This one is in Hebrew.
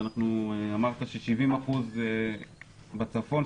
שאמרת ש-70% בצפון,